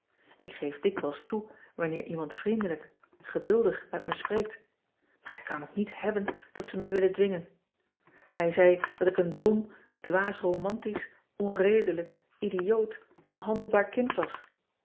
k geef dikwijls toe wanneer iemand vriendelijk geduldig met me spreekt maar ik kan het niet hebben dat ze mij willen dwingen ij zei dat ik een dom dwaas romantisch onredelijk idioot onhandelbaar kind was